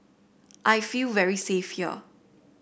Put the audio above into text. I feel very safe here